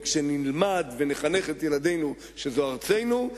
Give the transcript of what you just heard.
כשנלמד ונחנך את ילדינו שזו ארצנו,